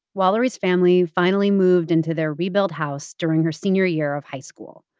walery's family finally moved into their rebuilt house during her senior year of high school.